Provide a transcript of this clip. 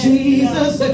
Jesus